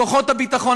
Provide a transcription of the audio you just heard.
כוחות הביטחון,